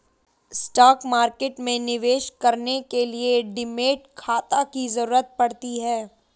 stock market में निवेश करने के लिए डीमैट खाता की जरुरत पड़ती है